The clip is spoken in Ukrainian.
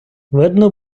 видно